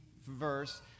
verse